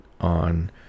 on